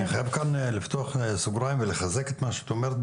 אני חייב כאן לפתוח סוגריים ולחזק את מה שאת אומרת,